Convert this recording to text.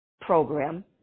program